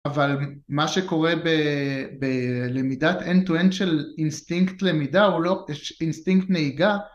אבל מה שקורה בלמידת end to end של אינסטינקט למידה הוא לא אינסטינקט נהיגה